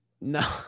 No